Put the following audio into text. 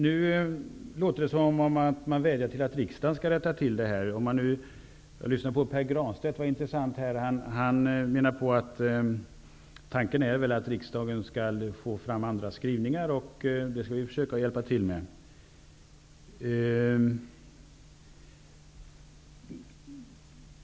Nu låter det som om man vädjar om att riksdagen skall rätta till det här. Jag lyssnade på Pär Granstedt. Det var intressant. Han menade att tanken är att riksdagen skall få fram andra skrivningar, och det skall vi försöka hjälpa till med.